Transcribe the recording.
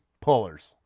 pullers